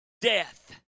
death